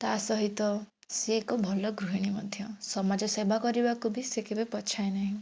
ତା' ସହିତ ସିଏ ଏକ ଭଲ ଗୃହିଣୀ ମଧ୍ୟ ସମାଜ ସେବା କରିବାକୁ ବି ସେ କେବେ ପଛାଏ ନାହିଁ